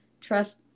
trust